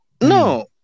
No